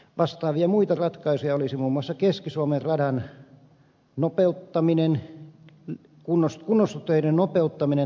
vastaavia muita ratkaisuja olisi muun muassa keski suomen radan kunnostustöiden nopeuttaminen